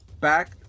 back